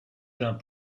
d’un